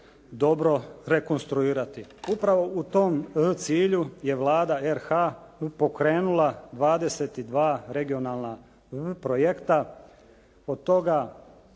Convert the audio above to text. dobro rekonstruirati. Upravo u tom cilju je Vlada RH pokrenula 22 regionalna projekta. Od toga